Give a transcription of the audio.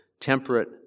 temperate